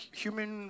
human